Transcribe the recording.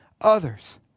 others